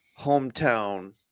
Hometown